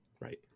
Right